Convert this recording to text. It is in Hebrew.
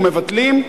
ומבטלים,